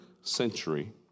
century